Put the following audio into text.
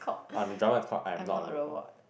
ah the drama is call I am not a robot